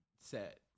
set